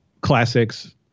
classics